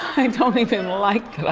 i um don't even like